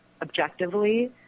objectively